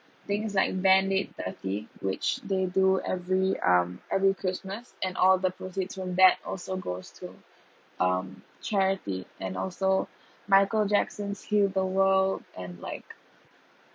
things like band aid thirty which they do every um every christmas and all the proceeds from that also goes to um charity and also michael jacksons heal the world and like